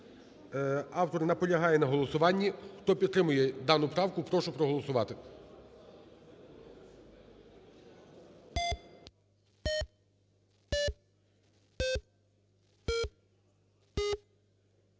автор наполягає на голосуванні. Хто підтримує дану правку, прошу проголосувати.